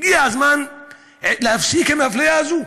הגיע הזמן להפסיק את האפליה הזו.